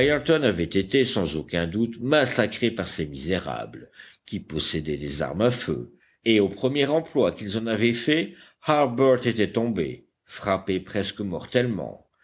ayrton avait été sans aucun doute massacré par ces misérables qui possédaient des armes à feu et au premier emploi qu'ils en avaient fait harbert était tombé frappé presque mortellement